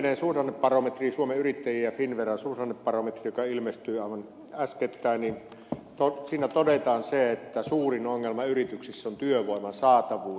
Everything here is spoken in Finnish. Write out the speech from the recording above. viimeisessä suhdannebarometrissa suomen yrittäjien ja finnveran suhdannebarometrissa joka ilmestyi aivan äskettäin todetaan että suurin ongelma yrityksissä on työvoiman saatavuus